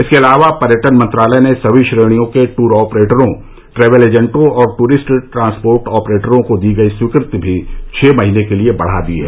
इसके अलावा पर्यटन मंत्रालय ने सभी श्रेणियों के टूर ऑपरेटरों ट्रैवल एजेंटों और टूरिस्ट ट्रान्सपोर्ट ऑपरेटरों को दी गई स्वीकृति भी छह महीने के लिए बढ़ा दी है